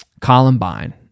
Columbine